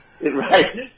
Right